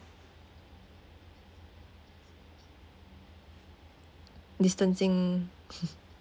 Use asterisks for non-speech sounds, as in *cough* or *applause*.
distancing *laughs*